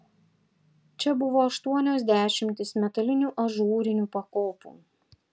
čia buvo aštuonios dešimtys metalinių ažūrinių pakopų